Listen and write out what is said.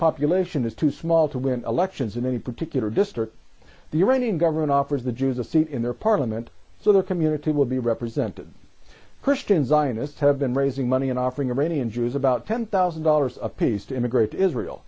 population is too small to win elections in any particular district the iranian government offers the jews a seat in their parliament so their community will be represented christian zionists have been raising money and offering a rainy and jews about ten thousand dollars apiece to immigrate israel